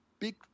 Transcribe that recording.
big